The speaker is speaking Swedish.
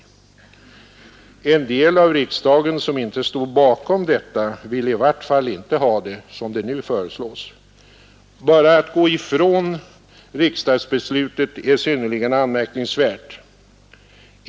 Den del av riksdagen som inte stod bakom detta ville i vart fall inte ha det som nu föreslås. Bara att gå ifrån riksdagsbeslutet är synnerligen anmärkningsvärt.